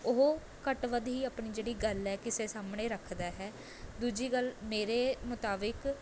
ਉਹ ਘੱਟ ਵੱਧ ਹੀ ਆਪਣੀ ਜਿਹੜੀ ਗੱਲ ਹੈ ਕਿਸੇ ਸਾਹਮਣੇ ਰੱਖਦਾ ਹੈ ਦੂਜੀ ਗੱਲ ਮੇਰੇ ਮੁਤਾਬਿਕ